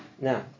Now